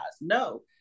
No